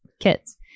kids